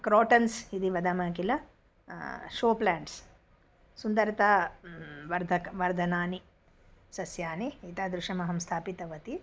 crotons इति वदामः किल शो प्लेण्ट्स् सुन्दरता वर्धक वर्धनानि सस्यानि एतादृशमहं स्थापितवती